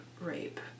rape